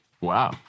Wow